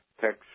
text